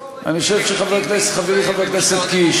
אני חושב שחברי חבר הכנסת קיש,